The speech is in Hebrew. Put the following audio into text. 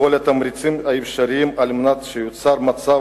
כל התמריצים האפשריים על מנת שייווצר מצב